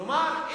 כלומר,